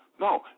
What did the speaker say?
No